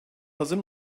hazır